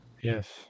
Yes